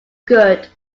good